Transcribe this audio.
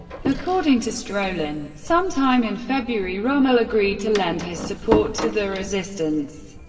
according to strolin, sometime in february, rommel agreed to lend his support to the resistance.